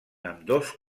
ambdós